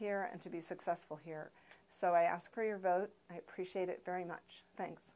here and to be successful here so i ask for your vote i appreciate it very much thanks